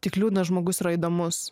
tik liūdnas žmogus yra įdomus